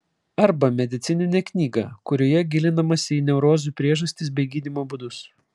arba medicininę knygą kurioje gilinamasi į neurozių priežastis bei gydymo būdus